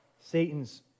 Satan's